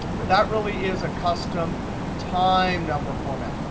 but that really is a custom time number format.